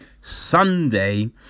Sunday